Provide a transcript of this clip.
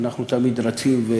ואנחנו תמיד רצים.